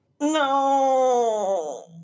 No